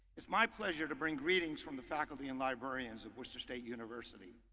it's my pleasure to bring greetings from the faculty and librarians at worcester state university,